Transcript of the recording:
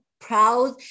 proud